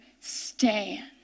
stand